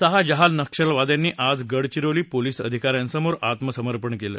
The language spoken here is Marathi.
सहा जहाल नक्षलवाद्यांनी आज गडचिरोली पोलीस अधिकाऱ्यांसमोर आत्मसमर्पण केलं